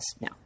No